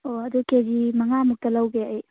ꯑꯣ ꯑꯗꯨ ꯀꯦꯖꯤ ꯃꯉꯥꯃꯨꯛꯇ ꯂꯧꯒꯦ ꯑꯩ